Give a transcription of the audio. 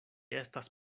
estas